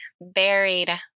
buried